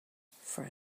for